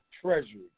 Treasury